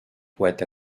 poeta